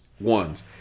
ones